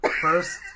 First